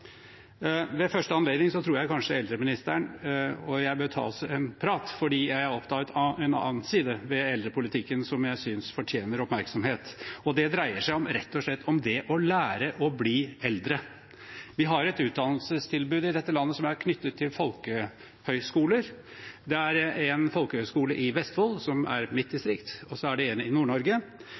ved første anledning tror jeg kanskje eldreministeren og jeg bør ta oss en prat, for jeg oppdaget en annen side ved eldrepolitikken som jeg synes fortjener oppmerksomhet. Det dreier seg rett og slett om det å lære å bli eldre. Vi har et utdannelsestilbud i dette landet som er knyttet til folkehøyskoler. Det er en folkehøyskole i Vestfold, som er mitt distrikt, og så er det en i